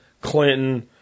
Clinton